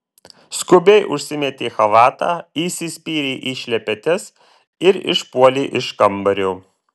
skubiai užsimetė chalatą įsispyrė į šlepetes ir išpuolė iš kambario